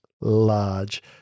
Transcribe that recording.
large